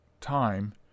time